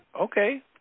Okay